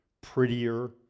prettier